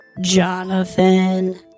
Jonathan